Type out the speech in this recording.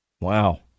Wow